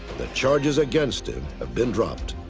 the charges against him have been dropped.